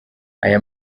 aya